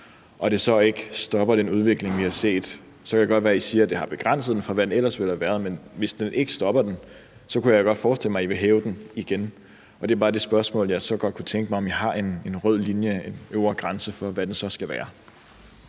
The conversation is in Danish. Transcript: og det så ikke stopper den udvikling, vi har set? Så kan det godt være, I siger, det har begrænset den, fra hvad den ellers ville have været. Men hvis det ikke stopper den, kunne jeg godt forestille mig, at I vil hæve den igen. Og det er bare det spørgsmål, jeg så godt kunne tænke mig at stille: Har I en rød linje, en øvre grænse for, hvad den så skal være?